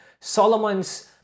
Solomon's